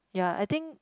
ya I think